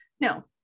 No